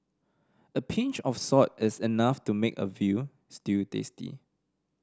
a pinch of salt is enough to make a veal stew tasty